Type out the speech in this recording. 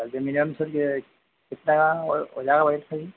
sir कितने का हो जाएगा सर यह